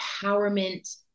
empowerment